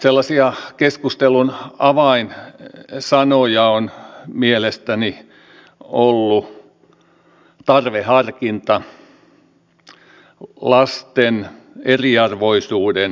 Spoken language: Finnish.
sellaisia keskustelun avainsanoja ovat mielestäni olleet tarveharkinta lasten eriarvoisuuden kasvu leima